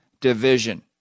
division